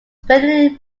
federally